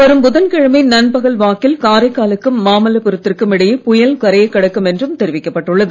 வரும் புதன்கிழமை நண்பகல் வாக்கில் காரைக்காலுக்கும் மாமல்லபுரத்திற்கும் இடையே புயல் கரையை கடக்கும் என்றும் தெரிவிக்கப்பட்டுள்ளது